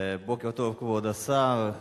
בוקר טוב, כבוד השר.